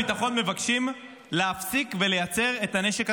-- שכל כוחות הביטחון מבקשים להפסיק לייצר את הנשק הזה,